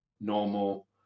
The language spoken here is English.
normal